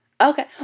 Okay